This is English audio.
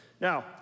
Now